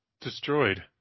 destroyed